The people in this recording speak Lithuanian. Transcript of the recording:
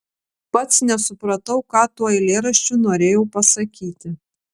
pats nesupratau ką tuo eilėraščiu norėjau pasakyti